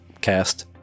Cast